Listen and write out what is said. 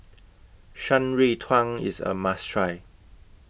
Shan Rui Tang IS A must Try